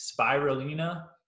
spirulina